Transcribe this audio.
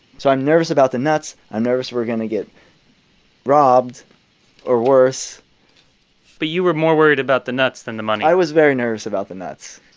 so i'm nervous about the nuts. i'm nervous we're going to get robbed or worse but you were more worried about the nuts than the money i was very nervous about the nuts.